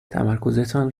تمرکزتان